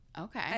Okay